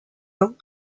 ans